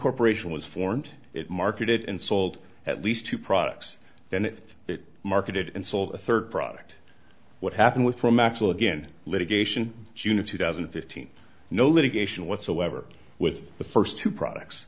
corporation was formed it marketed and sold at least two products then if it marketed and sold a third product what happened with from actual again litigation june of two thousand and fifteen no litigation whatsoever with the first two products